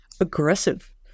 aggressive